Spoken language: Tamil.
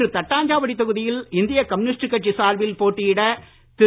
இன்று தட்டாஞ்சாவடி தொகுதியில் இந்திய கம்யுனிஸ்ட் கட்சி சார்பில் போட்டியிட திரு